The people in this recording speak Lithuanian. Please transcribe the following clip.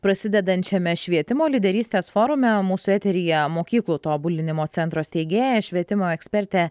prasidedančiame švietimo lyderystės forume mūsų eteryje mokyklų tobulinimo centro steigėja švietimo ekspertė